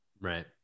Right